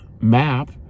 map